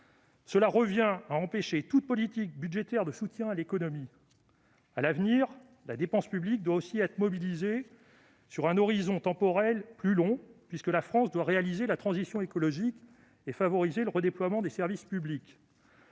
cela revient à empêcher toute politique budgétaire de soutien à l'économie. À l'avenir, la dépense publique doit aussi être mobilisée à plus long terme, puisque la France doit réaliser la transition écologique et favoriser le redéploiement des services publics